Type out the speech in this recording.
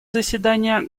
заседания